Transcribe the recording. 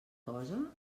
cosa